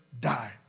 die